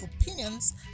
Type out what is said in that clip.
opinions